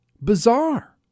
Bizarre